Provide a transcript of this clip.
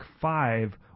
five